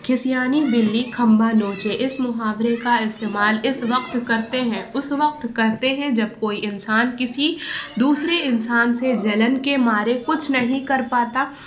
کھسیانی بلی کھمبا نوچے اس محاورے کا استعمال اس وقت کرتے ہیں اس وقت کرتے ہیں جب کوئی انسان کسی دوسرے انسان سے جلن کے مارے کچھ نہیں کر پاتا